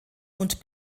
und